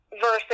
versus